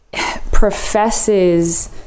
professes